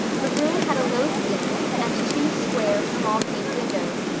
the room had a low ceiling and two square, small-paned windows,